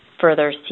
further